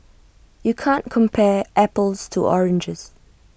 you can't compare apples to oranges